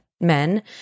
men